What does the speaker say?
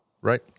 right